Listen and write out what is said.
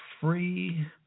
free